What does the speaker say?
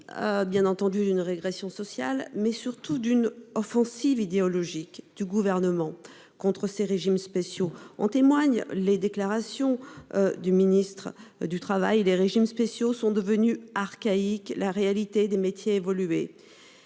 Bien entendu, d'une régression sociale, mais surtout d'une offensive idéologique du gouvernement contre ces régimes spéciaux. En témoignent les déclarations du ministre du Travail, les régimes spéciaux sont devenues archaïques. La réalité des métiers évoluer.